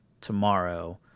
tomorrow